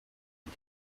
and